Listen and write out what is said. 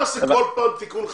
לא נעשה כל פעם תיקון חקיקה,